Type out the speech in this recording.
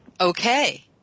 Okay